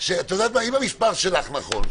אם המספר שתהלה פרידמן אמרה נכון,